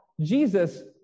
Jesus